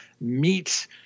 meet